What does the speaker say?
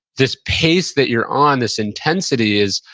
this pace that you're on this intensity is,